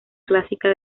clásica